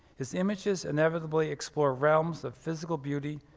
his images inevitably explore realms of physical beauty,